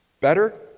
better